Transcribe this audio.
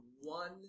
one